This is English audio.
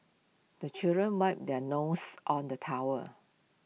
the children wipe their noses on the towel